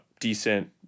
decent